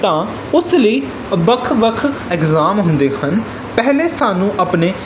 ਤਾਂ ਉਸ ਲਈ ਵੱਖ ਵੱਖ ਐਗਜ਼ਾਮ ਹੁੰਦੇ ਹਨ ਪਹਿਲੇ ਸਾਨੂੰ ਆਪਣੇ